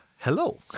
Hello